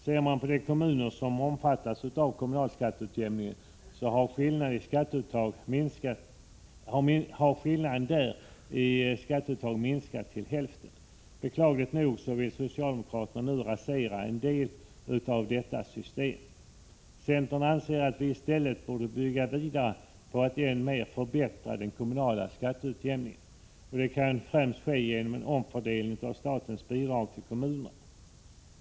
Ser man på de kommuner som omfattas av kommunalskatteutjämningen har skillnaden i skatteuttag minskat till hälften. Beklagligt nog vill socialdemokraterna nu rasera en betydande del i detta system. Centern anser att vi i stället borde bygga vidare på och än mer förbättra den kommunala skatteutjämningen. Detta kan främst ske genom en omfördelning av statens bidrag till kommunerna.